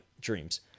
dreams